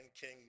King